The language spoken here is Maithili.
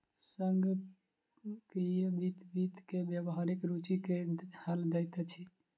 संगणकीय वित्त वित्त के व्यावहारिक रूचि के हल दैत अछि